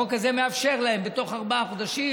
החוק הזה מאפשר להם בתוך ארבעה חודשים